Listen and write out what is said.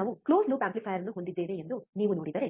ಈಗ ನಾವು close loop amplifier ಅನ್ನು ಹೊಂದಿದ್ದೇವೆ ಎಂದು ನೀವು ನೋಡಿದರೆ